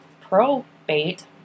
probate